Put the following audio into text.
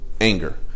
anger